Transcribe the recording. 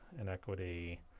inequity